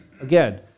Again